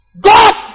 God